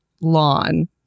lawn